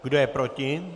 Kdo je proti?